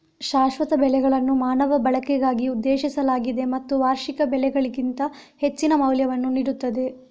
ಶಾಶ್ವತ ಬೆಳೆಗಳನ್ನು ಮಾನವ ಬಳಕೆಗಾಗಿ ಉದ್ದೇಶಿಸಲಾಗಿದೆ ಮತ್ತು ವಾರ್ಷಿಕ ಬೆಳೆಗಳಿಗಿಂತ ಹೆಚ್ಚಿನ ಮೌಲ್ಯವನ್ನು ನೀಡುತ್ತದೆ